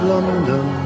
London